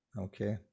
Okay